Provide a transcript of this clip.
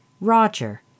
Roger